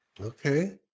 Okay